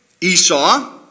Esau